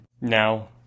Now